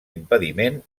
impediment